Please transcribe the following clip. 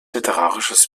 literarisches